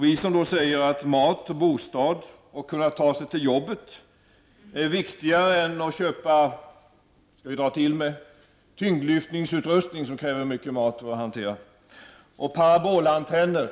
Vi säger ju att maten, bostaden och möjligheterna att resa till jobbet är viktigare än t.ex. att man kan köpa tyngdlyftningsutrustning, som väl kräver mycket mat för att man skall kunna hantera den, eller parabolantenner.